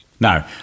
No